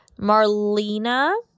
Marlena